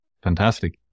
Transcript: Fantastic